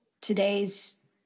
today's